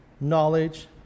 knowledge